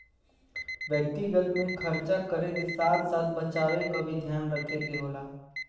व्यक्तिगत में खरचा करे क साथ साथ बचावे क भी ध्यान रखे क होला